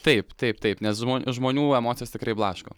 taip taip taip nes žmo žmonių emocijos tikrai blaško